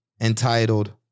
entitled